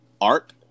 art